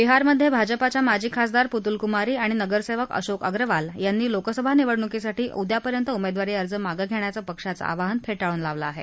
बिहारमधे भाजपाच्या माजी खासदार पुतुल कुमारी आणि नगरसेवक अशोक अग्रवाल यांनी लोकसभा निवडणुकीसाठी उद्यापर्यंत उमेदवारी अर्ज माग घेण्याचं पक्षाचं आव्हान फेटाळून लावलं आहे